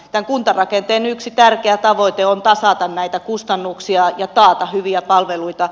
otan kuntarakenteen yksi tärkeä tavoite on tasata näitä kustannuksia ja taata hyviä palveluita